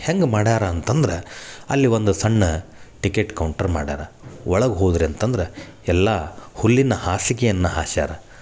ಹೆಂಗೆ ಮಾಡ್ಯಾರ ಅಂತಂದ್ರೆ ಅಲ್ಲಿ ಒಂದು ಸಣ್ಣ ಟಿಕೆಟ್ ಕೌಂಟ್ರ್ ಮಾಡ್ಯಾರ ಒಳಗೆ ಹೋದಿರಿ ಅಂತಂದ್ರೆ ಎಲ್ಲ ಹುಲ್ಲಿನ ಹಾಸಿಗೆಯನ್ನು ಹಾಸ್ಯಾರ